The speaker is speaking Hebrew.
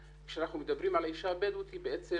וכשאנחנו מדברים על האישה הבדואית זה בעצם